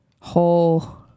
whole